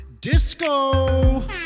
Disco